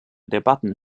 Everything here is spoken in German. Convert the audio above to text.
debatten